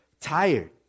tired